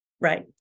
Right